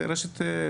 של רשת מרוכזת,